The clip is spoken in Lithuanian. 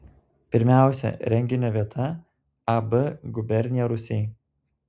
pirmiausia renginio vieta ab gubernija rūsiai